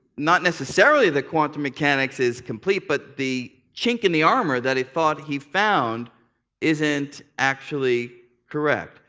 not necessarily that quantum mechanics is complete, but the chink in the armor that he thought he found isn't actually correct.